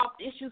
issues